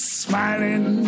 smiling